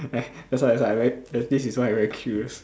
eh that's why that's why I very this is why I very curious